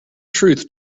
truth